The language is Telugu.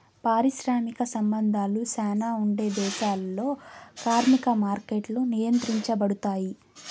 పారిశ్రామిక సంబంధాలు శ్యానా ఉండే దేశాల్లో కార్మిక మార్కెట్లు నియంత్రించబడుతాయి